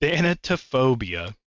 Thanatophobia